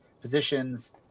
positions